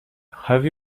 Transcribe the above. have